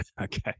Okay